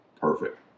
Perfect